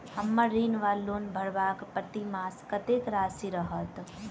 हम्मर ऋण वा लोन भरबाक प्रतिमास कत्तेक राशि रहत?